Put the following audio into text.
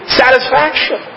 satisfaction